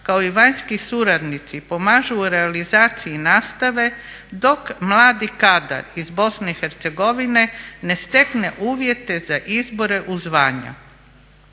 kao i vanjski suradnici pomažu u realizaciji nastave dok mladi kadar ih Bosne i Hercegovine ne stekne uvjete za izbore u zvanja.